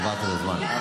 עברת את הזמן.